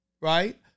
right